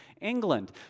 England